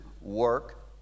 work